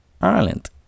Ireland